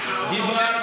זאת פגיעה שהיא מוצדקת,